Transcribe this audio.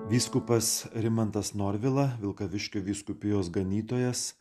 vyskupas rimantas norvila vilkaviškio vyskupijos ganytojas